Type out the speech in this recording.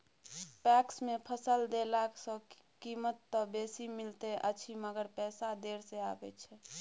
PACS मे फसल देला सॅ कीमत त बेसी मिलैत अछि मगर पैसा देर से आबय छै